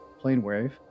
PlaneWave